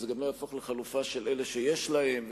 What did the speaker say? שזה לא יהפוך לחלופה של אלה שיש להם,